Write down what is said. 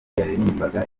yaririmbaga